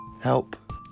Help